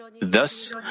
Thus